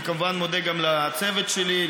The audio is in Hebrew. אני כמובן מודה גם לצוות שלי,